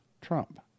trump